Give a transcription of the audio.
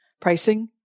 pricing